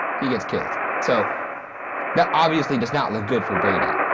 he gets killed. so that obviously does not look good for brady.